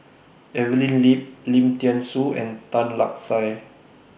Evelyn Lip Lim Thean Soo and Tan Lark Sye